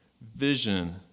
vision